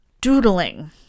doodling